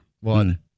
One